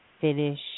finish